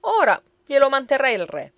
ora glielo manterrà il re